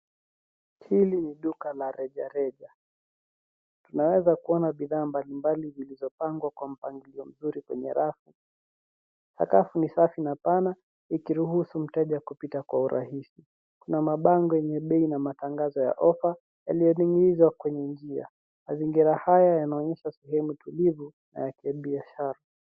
Hili ni duka la rejareja. Tunaweza kuona bidhaa mbalimbali zilizopangwa kwa mpangilio mzuri kwenye rafu. Sakafu ni safi na pana ikiruhusu mteja kupita kwa urahisi. Kuna mabango yenye bei na matangazo ya offer yaliyoning'inizwa kwenye njia. Mazingira haya yanaonyesha sehemu tulivu na ya kibiashara.